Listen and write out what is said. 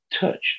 touch